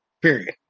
Period